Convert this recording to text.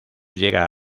llega